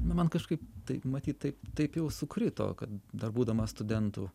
na man kažkaip taip matyt taip taip jau sukrito kad dar būdamas studentu